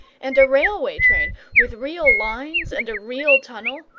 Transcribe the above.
and a railway train with real lines and a real tunnel,